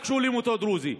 רק שואלים אותו, דרוזי.